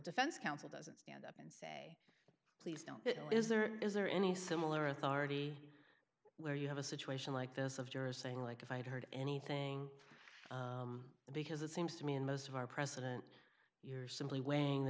defense counsel doesn't stand up and say please don't is there is there any similar authority where you have a situation like this of jurors saying like if i had heard anything because it seems to me in most of our president you're simply weighing the